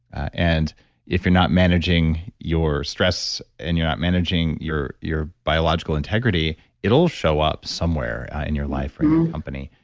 and if you're not managing your stress and you're not managing your your biological integrity it'll show up somewhere in your life or your company.